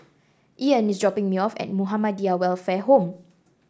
Ian is dropping me off at Muhammadiyah Welfare Home